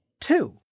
two